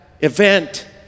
Event